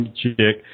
chick